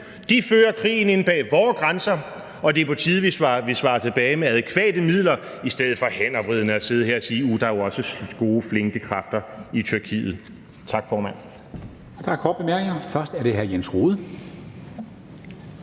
De fører krigen inde bag vore grænser, og det er på tide, at vi svarer igen med adækvate midler i stedet for hændervridende at sidde her og sige: Uh, der er jo også gode og flinke kræfter i Tyrkiet.